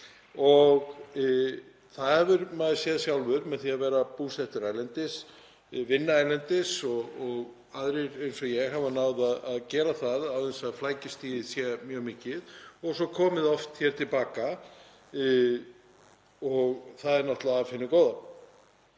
Það hefur maður séð sjálfur með því að vera búsettur erlendis, vinna erlendis og aðrir eins og ég hafa náð að gera það án þess að flækjustigið sé mjög mikið og svo komið oft hingað til baka og það er náttúrlega af hinu góða.